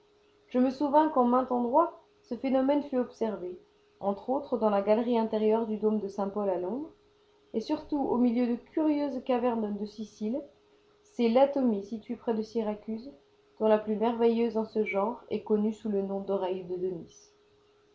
je me souvins qu'en maint endroit ce phénomène fut observé entre autres dans la galerie intérieure du dôme de saint-paul à londres et surtout au milieu de curieuses cavernes de sicile ces latomies situées près de syracuse dont la plus merveilleuse en ce genre est connue sous le nom d'oreille de denys